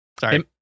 Sorry